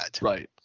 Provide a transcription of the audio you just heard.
Right